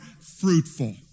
fruitful